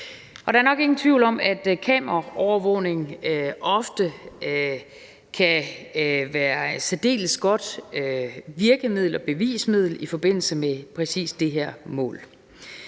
Der er nok ingen tvivl om, at kameraovervågning ofte kan være et særdeles godt virkemiddel og bevismiddel i forbindelse med præcis det her mål.